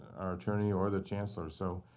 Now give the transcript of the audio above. our attorney or the chancellor. so